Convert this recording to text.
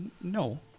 No